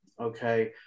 okay